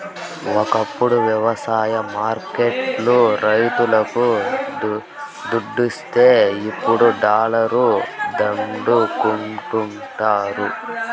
ఒకప్పుడు వ్యవసాయ మార్కెట్ లు రైతులకు దుడ్డిస్తే ఇప్పుడు దళారుల దండుకుంటండారు